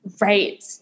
Right